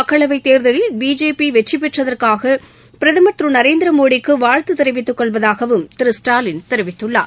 மக்களவைத் தேர்தலில் பிஜேபி வெற்றிபெற்றதற்காக பிரதமர் திரு நரேந்திரமோடிக்கு வாழ்த்து தெரிவித்துக் கொள்வதாகவும் திரு ஸ்டாலின் தெரிவித்துள்ளார்